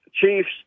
Chiefs